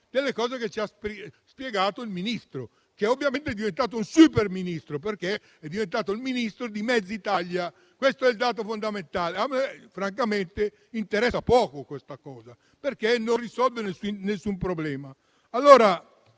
delle cose che ci ha spiegato il Ministro, che ovviamente è diventato un superministro, perché è diventato il Ministro di mezza Italia. A me francamente interessa poco questa cosa, perché non risolve nessun problema.